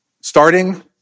starting